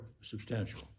substantial